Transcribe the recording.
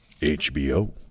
HBO